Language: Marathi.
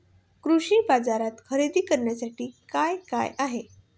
कृषी बाजारात खरेदी करण्यासाठी काय काय आहे?